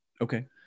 Okay